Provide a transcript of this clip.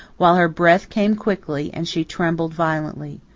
while her breath came quickly and she trembled violently.